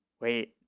wait